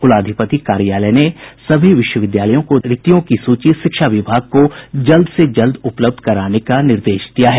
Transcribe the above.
कुलाधिपति कार्यालय ने सभी विश्वविद्यालयों को रिक्तियों की सूची शिक्षा विभाग को जल्द से जल्द उपलब्ध कराने का निर्देश दिया है